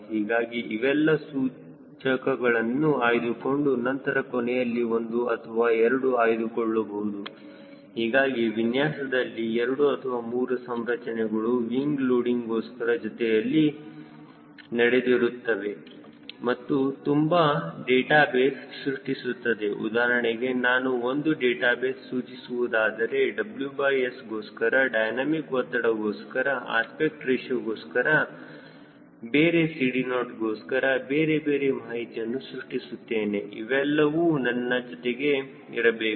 ಹೀಗಾಗಿ ಇವೆಲ್ಲ ಸೂಚಕಗಳನ್ನು ಆಯ್ದುಕೊಂಡು ನಂತರ ಕೊನೆಯಲ್ಲಿ ಒಂದು ಅಥವಾ ಎರಡು ಆಯ್ದುಕೊಳ್ಳಬಹುದು ಹೀಗಾಗಿ ವಿನ್ಯಾಸದಲ್ಲಿ ಎರಡು ಅಥವಾ ಮೂರು ಸಂರಚನೆಗಳು ವಿಂಗ್ ಲೋಡಿಂಗ್ ಗೋಸ್ಕರ ಜೊತೆಯಲ್ಲಿ ನಡೆಯುತ್ತಿರುತ್ತವೆ ಮತ್ತು ತುಂಬಾ ಡೇಟಾಬೇಸ್ ಸೃಷ್ಟಿಸುತ್ತದೆ ಉದಾಹರಣೆಗೆ ನಾನು ಒಂದು ಡೇಟಾಬೇಸ್ ಸೂಚಿಸುವುದಾದರೆ WS ಗೋಸ್ಕರ ಡೈನಮಿಕ್ ಒತ್ತಡ ಗೋಸ್ಕರ ಅಸ್ಪೆಕ್ಟ್ ರೇಶಿಯೋಗೋಸ್ಕರ ಬೇರೆ CD0 ಗೋಸ್ಕರ ಬೇರೆ ಬೇರೆ ಮಾಹಿತಿಯನ್ನು ಸೃಷ್ಟಿಸುತ್ತೇನೆ ಇವೆಲ್ಲವೂ ನನ್ನ ಜೊತೆಗೆ ಇರಬೇಕು